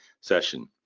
session